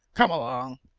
come along.